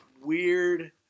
weird